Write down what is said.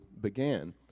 began